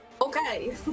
Okay